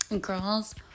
girls